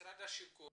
משרד השיכון,